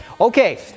Okay